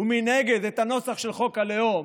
ומנגד את הנוסח של חוק הלאום,